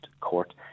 court